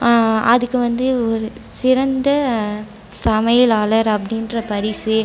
அதுக்கு வந்து ஒரு சிறந்த சமையலாளர் அப்படின்ற பரிசு